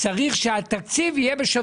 צריך שהתקציב יהיה בשווה,